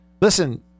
Listen